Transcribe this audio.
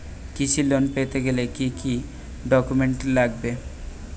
কৃষি লোন পেতে গেলে কি কি ডকুমেন্ট লাগবে?